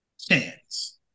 chance